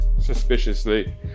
suspiciously